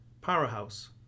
Powerhouse